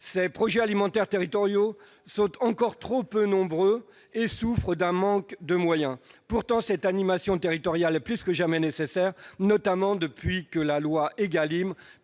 Ces projets alimentaires territoriaux sont encore trop peu nombreux et souffrent d'un manque de moyens. Pourtant cette animation territoriale est plus que jamais nécessaire, notamment depuis que la loi Égalim